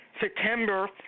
September